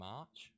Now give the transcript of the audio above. March